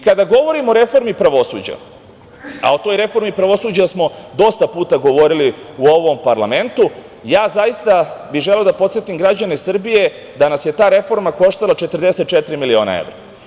Kada govorimo o reformi pravosuđa, a o toj reformi pravosuđa smo dosta puta govorili u ovom parlamentu, ja bi zaista želeo da podsetim građane Srbije da nas je ta reforma koštala 44 miliona evra.